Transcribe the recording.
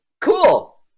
Cool